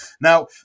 Now